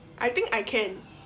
I think I can